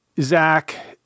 zach